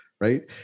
Right